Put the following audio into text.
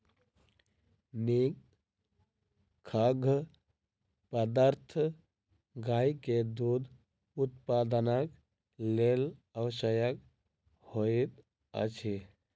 नीक खाद्य पदार्थ गाय के दूध उत्पादनक लेल आवश्यक होइत अछि